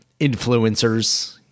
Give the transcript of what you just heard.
influencers